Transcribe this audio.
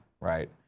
Right